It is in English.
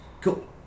Cool